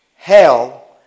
Hell